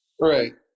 Right